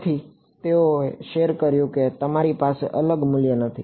તેથી તેઓએ શેર કર્યું કે તેમની પાસે અલગ મૂલ્ય નથી